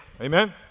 amen